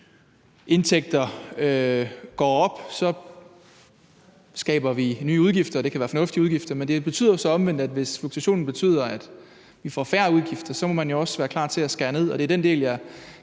indtægter går op, skaber vi nye udgifter. Det kan være fornuftige udgifter, men det betyder jo så omvendt, at hvis fluktuationer betyder, at vi får færre udgifter, så må man jo også være klar til at skære ned, og det er den del, jeg